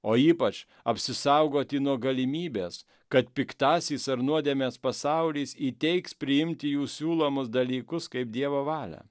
o ypač apsisaugoti nuo galimybės kad piktasis ar nuodėmės pasaulis įteiks priimti jų siūlomus dalykus kaip dievo valią